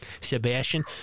Sebastian